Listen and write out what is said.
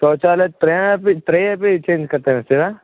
शौचालयाः त्रयापि त्रये अपि चेञ्ज् कर्तव्यमस्ति वा